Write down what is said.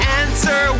answer